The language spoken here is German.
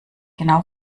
genau